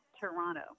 Toronto